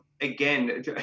again